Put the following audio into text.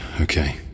okay